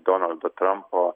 donaldo trampo